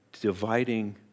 Dividing